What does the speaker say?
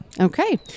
Okay